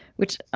which,